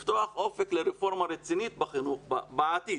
לפתוח אופק לרפורמה רצינית בחינוך בעתיד